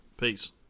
Peace